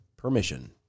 Permission